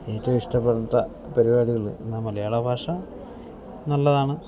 ഏറ്റവും ഇഷ്ടപ്പെട്ട പരിപാടികൾ എന്നാ മലയാള ഭാഷ നല്ലതാണ്